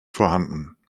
vorhanden